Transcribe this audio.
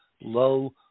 low